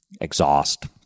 exhaust